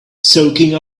soaking